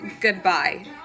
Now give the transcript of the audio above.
Goodbye